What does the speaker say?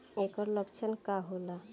ऐकर लक्षण का होला?